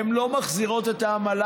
הן לא מחזירות את העמלה,